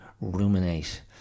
ruminate